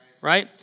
right